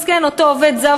מסכן אותו עובד זר,